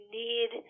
need